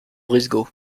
brisgau